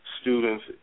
students